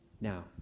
Now